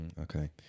Okay